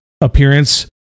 appearance